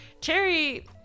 cherry